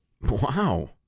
Wow